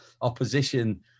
opposition